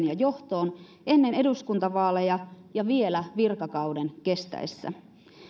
ja johtoon ennen eduskuntavaaleja ja vielä virkakauden kestäessä